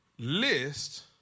List